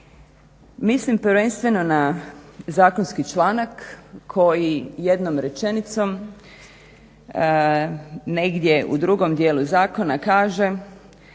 Mislim prvenstveno na zakonski članak koji jednom rečenicom negdje u drugom dijelu zakona kaže